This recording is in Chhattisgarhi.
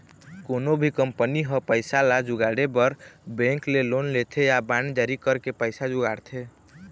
कोनो भी कंपनी ह पइसा ल जुगाड़े बर बेंक ले लोन लेथे या बांड जारी करके पइसा जुगाड़थे